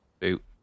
boot